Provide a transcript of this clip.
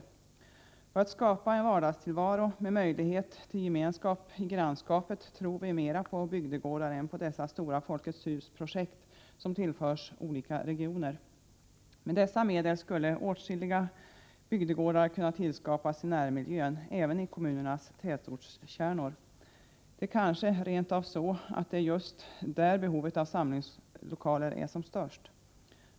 När det gäller att skapa en vardagstillvaro med möjlighet till gemenskap i grannskapet tror vi mera på bygdegårdar än på dessa stora Folkets hus-projekt som tillförs olika regioner. Med dessa medel skulle åtskilliga bygdegårdar kunna tillskapas i närmiljön även i kommunernas tätortskärnor. Det är kanske rent av där behovet av samlingslokaler är störst.